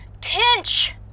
pinch